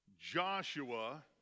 Joshua